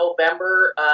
November